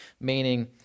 meaning